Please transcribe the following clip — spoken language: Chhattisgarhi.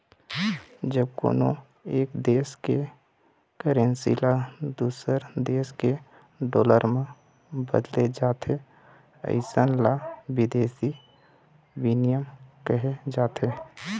जब कोनो एक देस के करेंसी ल दूसर देस के डॉलर म बदले जाथे अइसन ल बिदेसी बिनिमय कहे जाथे